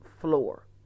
floor